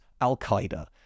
Al-Qaeda